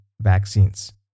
vaccines